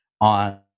on